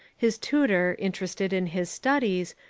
his tutor, interested in his studies,